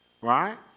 right